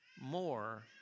more